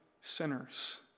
sinners